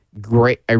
great